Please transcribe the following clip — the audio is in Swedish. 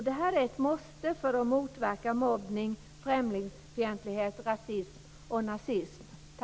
Det här är ett måste för att motverka mobbning, främlingsfientlighet, rasism och nazism. Tack!